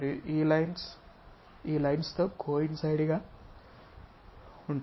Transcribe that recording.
మరియు ఈ లైన్స్ ఈ లైన్స్ తో కోయిన్సైడ్ గా ఉంటాయి